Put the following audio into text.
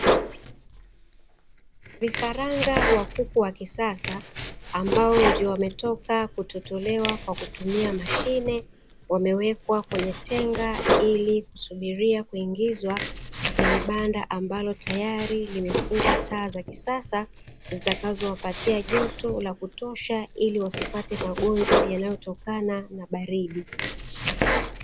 Vifaranga wa kuku wa kisasa, ambao ndo wametoka kutotolewa kwa kutumia mashine, wamewekwa kwenye tenga ili kusubiria kuingizwa kwenye banda ambalo tayari limefungwa taa za kisasa zitakazo wapatia joto la kutosha, ili wasipate magonjwa yanayotokana na baridi.